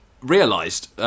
realised